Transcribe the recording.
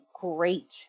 great